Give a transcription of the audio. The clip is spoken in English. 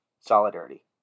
Solidarity